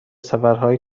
سفرهای